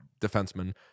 defenseman